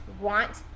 want